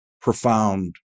profound